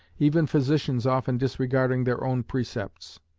even physicians often disregarding their own precepts.